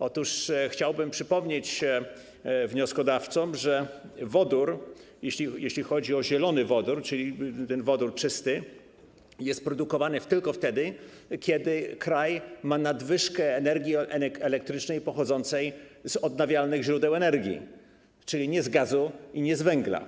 Otóż chciałbym przypomnieć wnioskodawcom, że wodór - jeśli chodzi o zielony wodór, czyli ten wodór czysty - jest produkowany tylko wtedy, kiedy kraj ma nadwyżkę energii elektrycznej pochodzącej z odnawialnych źródeł energii, czyli nie z gazu i nie z węgla